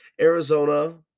Arizona